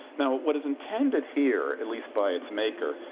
now, what is intended here, at least by its maker,